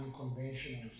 unconventional